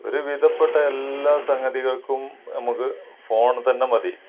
ഒരു വിധപ്പെട്ട എല്ലാ സംഗതികള്ക്കും നമുക്ക് ഫോണ് തന്നെ മതി